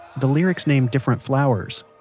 the lyrics name different flowers.